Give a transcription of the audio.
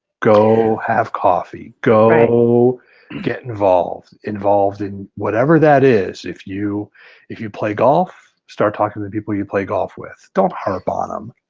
go have coffee. go get involved, involved in whatever that is. if you if you play golf, start talking to the people you play golf with. don't harp on them.